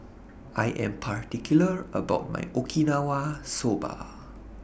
I Am particular about My Okinawa Soba